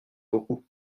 beaucoup